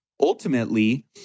ultimately